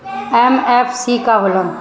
MFC का होला?